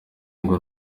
ngo